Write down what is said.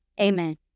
amen